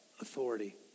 authority